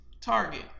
target